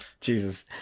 Jesus